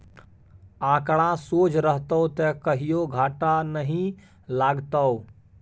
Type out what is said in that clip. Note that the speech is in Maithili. आंकड़ा सोझ रहतौ त कहियो घाटा नहि लागतौ